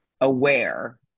aware